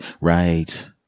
right